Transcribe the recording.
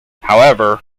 however